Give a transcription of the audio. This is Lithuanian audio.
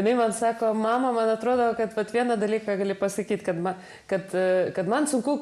jinai man sako mama man atrodo kad vieną dalyką gali pasakyti kad man kad kad man sunku